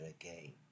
again